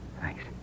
Thanks